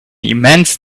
immense